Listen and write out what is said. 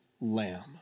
lamb